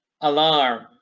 alarm